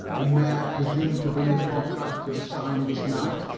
and may i presume to bring a contract to be signed this night?